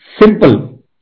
simple